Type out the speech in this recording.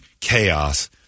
chaos